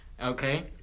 Okay